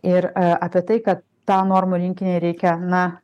ir apie tai kad tą normų rinkinį reikia na